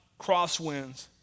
crosswinds